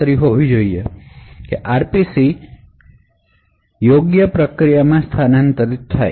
OS જોશે કે RPC યોગ્ય પ્રોસેસમાં સ્થાનાંતરિત થાય છે